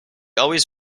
always